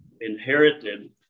inherited